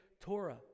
Torah